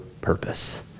purpose